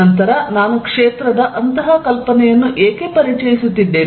ನಂತರ ನಾನು ಕ್ಷೇತ್ರದ ಅಂತಹ ಕಲ್ಪನೆಯನ್ನು ಏಕೆ ಪರಿಚಯಿಸುತ್ತಿದ್ದೇನೆ